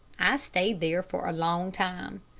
i stayed there for a long time.